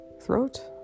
throat